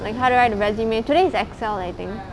like how to write a resume today is excel I think